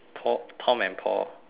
pau~ tom and paul